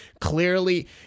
clearly